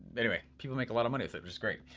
anyway, people make a lot of money with it, which is great.